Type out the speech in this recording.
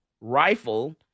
rifle